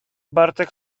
bartek